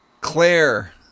Claire